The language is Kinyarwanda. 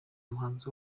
umuhanzi